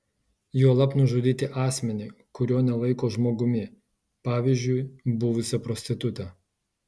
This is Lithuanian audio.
juolab nužudyti asmenį kurio nelaiko žmogumi pavyzdžiui buvusią prostitutę